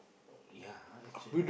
yeah !huh! actually